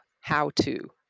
how-to